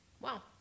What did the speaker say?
wow